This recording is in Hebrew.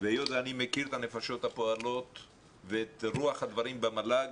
והיות שאני מכיר את הנפשות הפועלות ואת רוח הדברים במל"ג,